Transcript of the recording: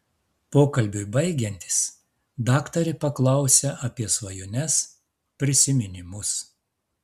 pokalbiui baigiantis daktarė paklausia apie svajones prisiminimus